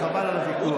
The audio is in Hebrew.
חבל על הוויכוח.